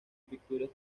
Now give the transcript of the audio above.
pictures